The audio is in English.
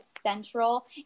Central